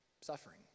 Suffering